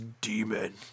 Demon